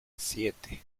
siete